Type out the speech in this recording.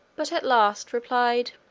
but at last replied,